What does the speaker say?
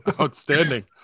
Outstanding